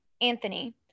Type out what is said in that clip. Anthony